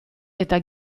eta